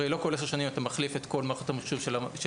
הרי לא כל עשר שנים אתה מחליף את כל מערכת המחשוב של הממשלה.